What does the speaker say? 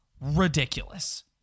ridiculous